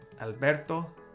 Alberto